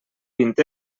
vint